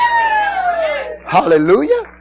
Hallelujah